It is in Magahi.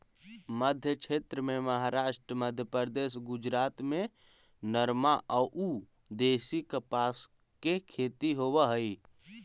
मध्मक्षेत्र में महाराष्ट्र, मध्यप्रदेश, गुजरात में नरमा अउ देशी कपास के खेती होवऽ हई